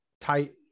tight